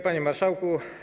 Panie Marszałku!